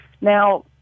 Now